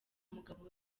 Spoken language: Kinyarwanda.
mugabo